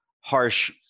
harsh